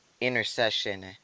intercession